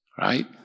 right